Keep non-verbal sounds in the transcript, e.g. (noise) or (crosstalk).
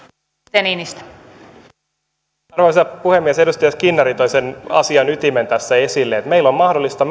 arvoisa puhemies edustaja skinnari toi sen asian ytimen tässä esille että meidän lainsäädännöllä on mahdollista (unintelligible)